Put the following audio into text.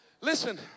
Listen